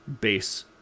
base